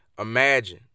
imagine